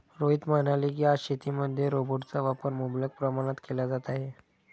रोहित म्हणाले की, आज शेतीमध्ये रोबोटचा वापर मुबलक प्रमाणात केला जात आहे